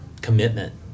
commitment